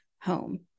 home